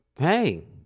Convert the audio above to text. Hey